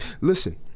listen